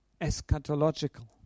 eschatological